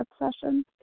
obsession